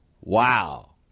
Wow